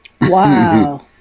Wow